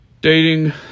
dating